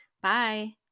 Bye